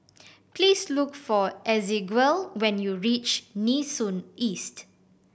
please look for Ezequiel when you reach Nee Soon East